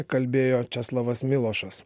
kalbėjo česlovas milošas